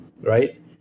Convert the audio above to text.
right